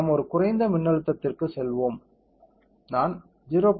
நாம் ஒரு குறைந்த மின்னழுத்தத்திற்கு செல்வோம் நான் 0